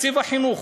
תקציב החינוך,